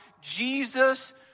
Jesus